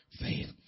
faith